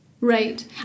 Right